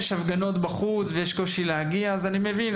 הפגנות בחוץ ויש קושי להגיע אז אני מבין,